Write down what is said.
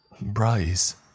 Bryce